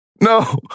no